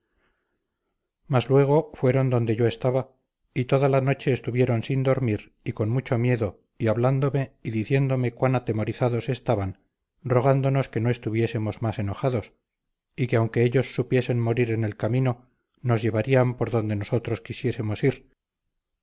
mas luego fueron donde yo estaba y toda la noche estuvieron sin dormir y con mucho miedo y hablándome y diciéndome cuán atemorizados estaban rogándonos que no estuviésemos más enojados y que aunque ellos supiesen morir en el camino nos llevarían por donde nosotros quisiésemos ir